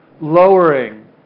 lowering